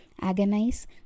agonize